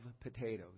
potatoes